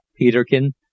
Peterkin